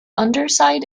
underside